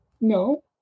No